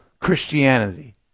Christianity